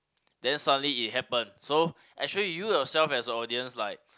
then suddenly it happen so actually you yourself as the audience like